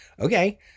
Okay